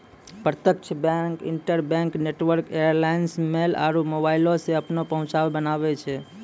प्रत्यक्ष bank, interbank network alliance, mail आरु मोबाइलो से अपनो पहुंच बनाबै छै